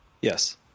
Yes